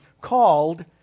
called